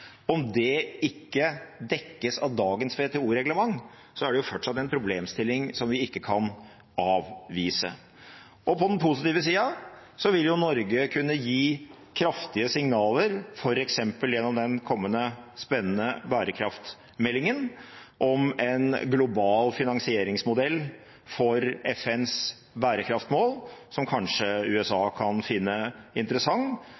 Om det ikke dekkes av dagens WTO-reglement, er det fortsatt en problemstilling vi ikke kan avvise. På den positive siden vil Norge kunne gi kraftige signaler – f.eks. gjennom den kommende spennende bærekraftsmeldingen – om en global finansieringsmodell for FNs bærekraftsmål, som kanskje USA kan finne interessant,